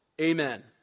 Amen